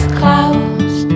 clouds